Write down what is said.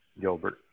Gilbert